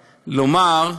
לומר,